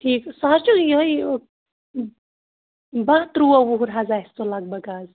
ٹھیٖک سُہ حظ چھُ یِہَے باہ تُرٛواہ وُہُر حظ آسہِ سُہ لگ بھگ حظ